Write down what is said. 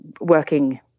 working